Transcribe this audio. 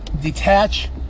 Detach